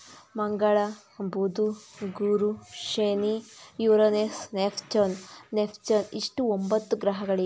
ಮಂಗಳ ಬುಧ ಗುರು ಶನಿ ಯೂರನೇಸ್ ನೆಫ್ಚೂನ್ ನೆಫ್ಚೂನ್ ಇಷ್ಟು ಒಂಬತ್ತು ಗ್ರಹಗಳಿವೆ